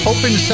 Open